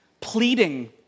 pleading